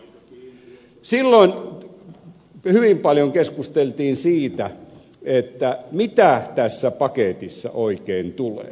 silloin hyvin paljon keskusteltiin siitä mitä tässä paketissa oikein tulee